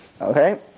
okay